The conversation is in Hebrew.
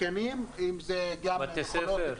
אם זה מכונות כתומות -- בתי ספר,